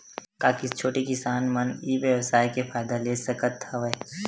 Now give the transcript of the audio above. का छोटे किसान मन ई व्यवसाय के फ़ायदा ले सकत हवय?